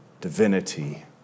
divinity